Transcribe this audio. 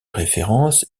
référence